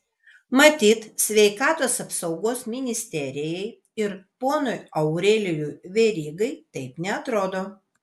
matyt sveikatos apsaugos ministerijai ir ponui aurelijui verygai taip neatrodo